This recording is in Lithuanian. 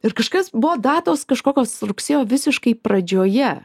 ir kažkas buvo datos kažkokios rugsėjo visiškai pradžioje